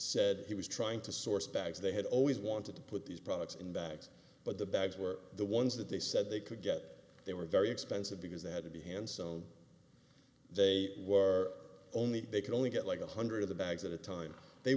said he was trying to source bags they had always wanted to put these products in bags but the bags were the ones that they said they could get they were very expensive because they had to be hand sewn they were only they can only get like a hundred of the bags at a time they